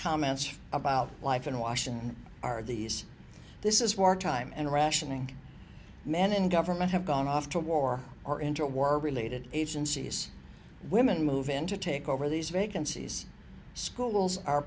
comments about life in washington are these this is war time and rationing men in government have gone off to war or into a war related agencies women move in to take over these vacancies schools are